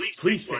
Please